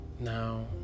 Now